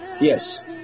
Yes